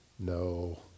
No